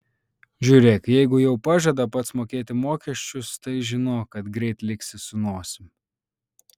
žiūrėk jeigu jau pažada pats mokėti mokesčius tai žinok kad greit liksi su nosim